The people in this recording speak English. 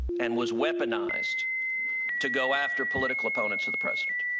and was weaponized to go after political opponents of the president.